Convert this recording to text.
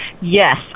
yes